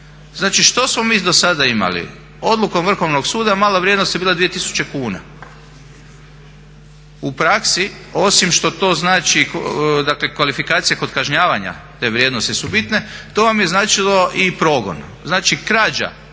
Znači što smo mi do sada imali? Odlukom Vrhovnog suda mala vrijednost je bila 2000 kuna. U praksi osim što to znači, dakle kvalifikacija kod kažnjavanja te vrijednosti su bitne, to vam je značilo i progon. Znači krađa